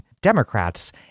Democrats